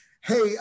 Hey